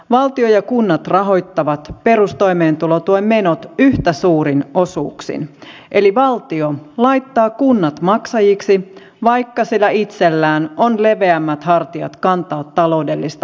valtio ja kunnat rahoittavat perustoimeentulotuen menot yhtä suurin osuuksin eli valtio laittaa kunnat maksajiksi vaikka sillä itsellään on leveämmät hartiat kantaa taloudellista vastuuta